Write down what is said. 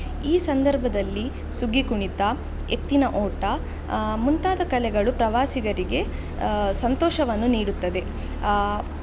ಈ ಸಂದರ್ಭದಲ್ಲಿ ಸುಗ್ಗಿ ಕುಣಿತ ಎತ್ತಿನ ಓಟ ಮುಂತಾದ ಕಲೆಗಳು ಪ್ರವಾಸಿಗರಿಗೆ ಸಂತೋಷವನ್ನು ನೀಡುತ್ತದೆ